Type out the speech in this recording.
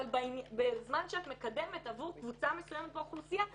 אבל בזמן שאת מקדמת עבור קבוצה מסוימת באוכלוסייה,